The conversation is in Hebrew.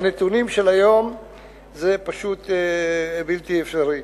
בנתונים של היום זה פשוט בלתי אפשרי.